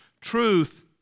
Truth